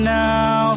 now